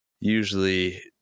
usually